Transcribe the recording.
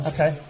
Okay